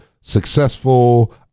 successful